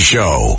Show